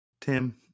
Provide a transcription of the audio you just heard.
Tim